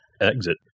exit